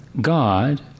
God